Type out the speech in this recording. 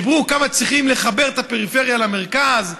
דיברו על כמה צריכים לחבר את הפריפריה למרכז,